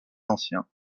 anciens